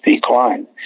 decline